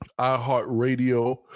iHeartRadio